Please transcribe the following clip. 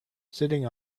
sitting